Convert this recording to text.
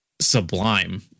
Sublime